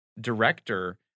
director